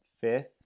fifth